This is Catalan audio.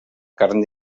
carn